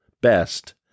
best